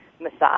massage